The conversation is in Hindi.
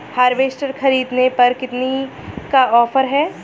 हार्वेस्टर ख़रीदने पर कितनी का ऑफर है?